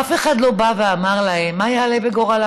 אף אחד לא בא ואמר להם מה יעלה בגורלם.